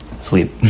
sleep